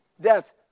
death